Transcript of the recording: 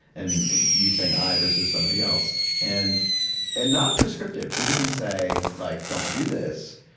and you saying i versus somebody else? and and not prescriptive. we didn't say, like don't do this.